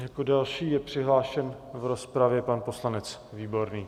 Jako další je přihlášen v rozpravě pan poslanec Výborný.